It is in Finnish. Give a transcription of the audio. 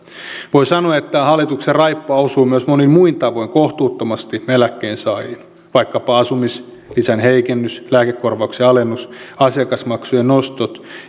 voi sanoa että hallituksen raippa osuu myös monin muin tavoin kohtuuttomasti eläkkeensaajiin vaikkapa asumislisän heikennys lääkekorvauksen alennus asiakasmaksujen nostot